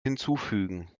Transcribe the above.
hinzufügen